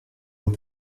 aux